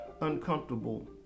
uncomfortable